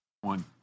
One